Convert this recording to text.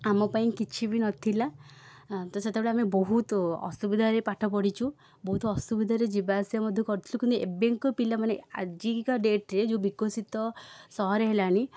ଆମ ପାଇଁ କିଛି ବି ନଥିଲା ତ ସେତେବେଳେ ଆମେ ବହୁତ ଅସୁବିଧାରେ ପାଠ ପଢ଼ିଛୁ ବହୁତ ଅସୁବିଧାରେ ଯିବାଆସିବା ମଧ୍ୟ କରିଥିଲୁ କିନ୍ତୁ ଏବେକା ପିଲାମାନେ ଆଜିକା ଡେଟ୍ରେ ଯେଉଁ ବିକଶିତ ସହର ହେଲାଣି